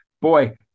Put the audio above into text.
Boy